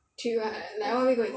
treat what like what are gonna eat